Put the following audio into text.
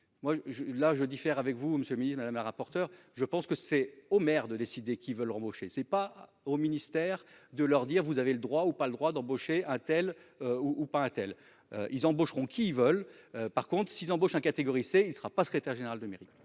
je la, je diffère avec vous monsieur Ministre madame la rapporteure. Je pense que c'est aux maires, de décider qui veulent embaucher, c'est pas au ministère de leur dire vous avez le droit ou pas le droit d'embaucher un tel. Ou pas a-t-elle ils embaucheront qui volent. Par contre ils embauchent hein catégorie il ne sera pas secrétaire général de mairie.